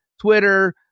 twitter